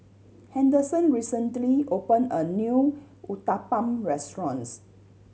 Henderson recently opened a new Uthapam Restaurant